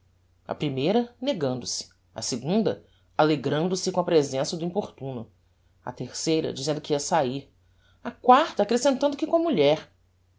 a primeira negando se a segunda alegrando se com a presença do importuno a terceira dizendo que ia sair a quarta accrescentando que com a mulher